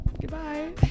Goodbye